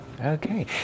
Okay